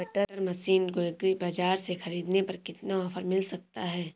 Cutter machine को agri बाजार से ख़रीदने पर कितना ऑफर मिल सकता है?